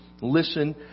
Listen